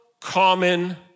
common